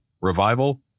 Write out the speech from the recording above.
Revival